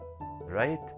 right